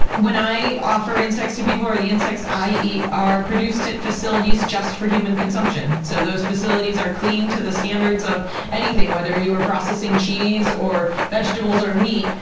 when i offer insects to people, or the insects i eat, are produced at facilities just for human consumption. so those facilities are clean to the standards of anything, whether you're processing cheese, or vegetables, or meat,